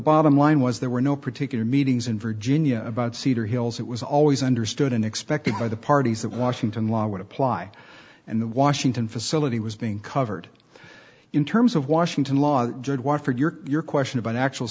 bottom line was there were no particular meetings in virginia about cedar hills it was always understood and expected by the parties that washington law would apply and the washington facility was being covered in terms of washington law for your question about actual